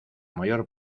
mayor